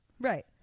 Right